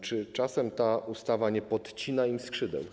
Czy czasem ta ustawa nie podcina im skrzydeł?